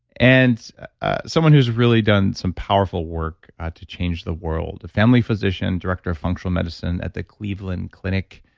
and ah someone who's really done some powerful work to change the world, a family physician, director of functional medicine at the cleveland clinic,